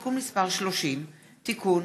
(תיקון מס' 30) (תיקון,